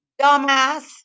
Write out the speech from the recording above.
Dumbass